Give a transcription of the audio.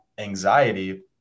anxiety